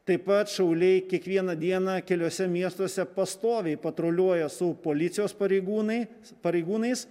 taip pat šauliai kiekvieną dieną keliuose miestuose pastoviai patruliuoja su policijos pareigūnai pareigūnais